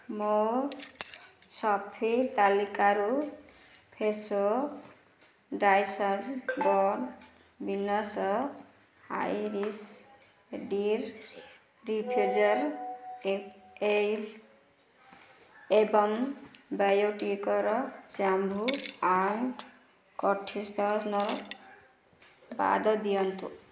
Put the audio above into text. ମୋ ସପିଙ୍ଗ ତାଲିକାରୁ Fresho Irish ଡ଼ିର୍ ଡିଫ୍ୟୁଜର୍ ଏବଂ ବାୟୋଟିକର ଶ୍ୟାମ୍ପୂ ଆଣ୍ଡ କଣ୍ଡିସନର୍ ବାଦ ଦିଅନ୍ତୁ